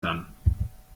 dann